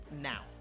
now